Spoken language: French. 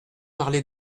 parlé